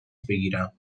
بگیرم